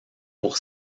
pour